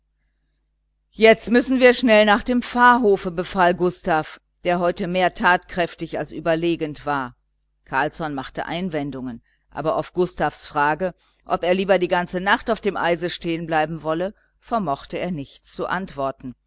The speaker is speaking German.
jetzt müssen wir schnell nach dem pfarrhofe befahl gustav der heute mehr tatkräftig als überlegend war carlsson machte einwendungen aber auf gustavs frage ob er lieber die ganze nacht auf dem eise stehenbleiben wolle vermochte er nichts zu antworten